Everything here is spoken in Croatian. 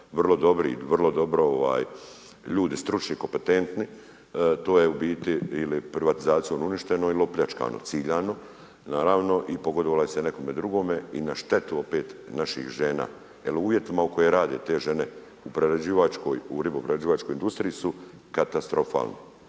vrlo dobro ljudi stručni, kompetentni, to je u biti ili privatizacijom uništeno ili opljačkano ciganu, naravno i pogodovalo se nekome drugome i na štetu opet naših žena jer u uvjetima u kojima rade te žene, u ribo-prerađivačkoj industriji su katastrofalne.